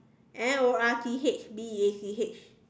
N O R T H B E A C H